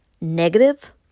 negative